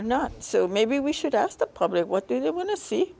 are not so maybe we should ask the public what they want to see